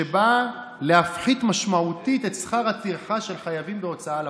שבאה להפחית משמעותית את שכר הטרחה של חייבים בהוצאה לפועל.